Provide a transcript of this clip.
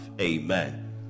Amen